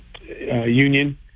Union